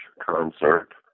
concert